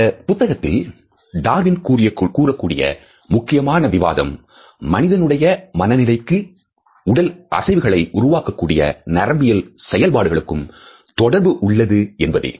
இந்தப் புத்தகத்தில் டார்வின் கூறக்கூடிய முக்கியமான விவாதம் மனிதனுடைய மனநிலைக்கும் உடல் அசைவுகளை உருவாக்கக்கூடிய நரம்பியல் செயல்பாடுகளுக்கும் தொடர்பு உள்ளது என்பதே